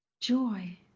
joy